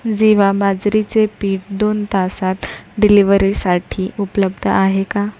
जिवा बाजरीचे पीठ दोन तासात डिलेवरीसाठी उपलब्ध आहे का